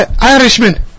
Irishman